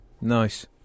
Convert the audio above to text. Nice